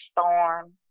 storm